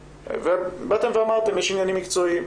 ובאתם ואמרתם שיש עניינים מקצועיים.